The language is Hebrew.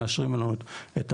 מאשרים לנו את הפרויקט.